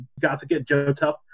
got-to-get-Joe-tough